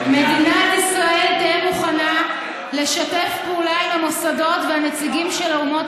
"מדינת ישראל תהא מוכנה לשתף פעולה עם המוסדות והנציגים של האומות